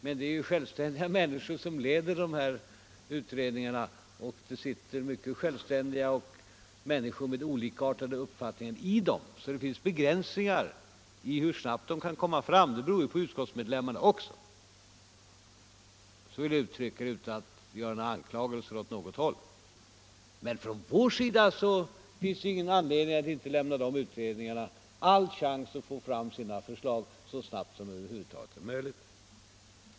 Men det är självständiga människor som leder dessa utredningar, och det sitter mycket självständiga människor med olikartade uppfattningar i dem — så det finns begränsningar i hur snabbt de kan komma fram till resultat. Det beror på utredningsledamöterna också. —- Så vill jag uttrycka det utan att rikta några anklagelser åt något håll. Men från vår sida finns det inte någon anledning att inte ge utredningarna alla chanser att få fram sina förslag så snabbt som det över huvud taget är möjligt.